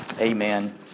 amen